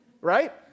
right